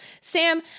Sam